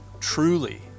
truly